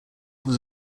was